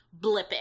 blipping